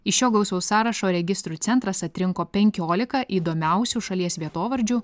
iš šio gausaus sąrašo registrų centras atrinko penkiolika įdomiausių šalies vietovardžių